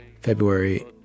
february